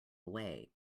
away